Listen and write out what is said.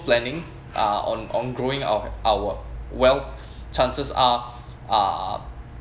planning are on on growing our our wealth chances uh uh